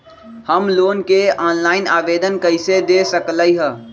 हम लोन के ऑनलाइन आवेदन कईसे दे सकलई ह?